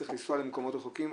צריך לנסוע למקומות רחוקים,